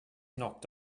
knocked